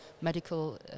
medical